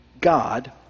God